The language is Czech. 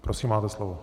Prosím, máte slovo.